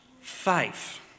faith